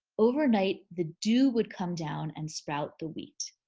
overnight, the dew would come down and sprout the wheat,